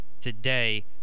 today